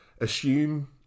assume